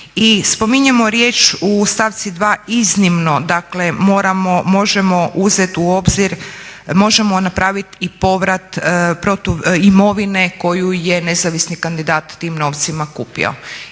spominjemo riječ u stavci 2. iznimno, dakle možemo uzet u obzir, možemo napravit i povrat imovine koju je nezavisni kandidat tim novcima kupio.